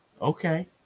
Okay